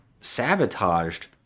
sabotaged